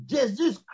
Jesus